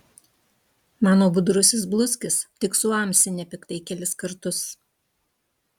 mano budrusis bluskis tik suamsi nepiktai kelis kartus